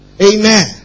Amen